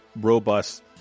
robust